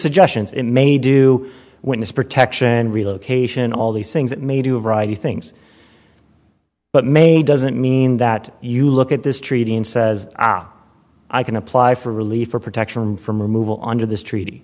suggestions in may do witness protection relocation all these things that may do a variety of things but may doesn't mean that you look at this treaty and says i can apply for relief or protection from removal under this treaty